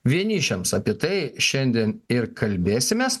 vienišiams apie tai šiandien ir kalbėsimės